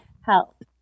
Help